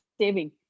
saving